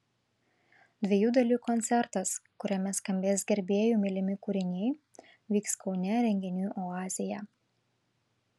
dviejų dalių koncertas kuriame skambės gerbėjų mylimi kūriniai vyks kaune renginių oazėje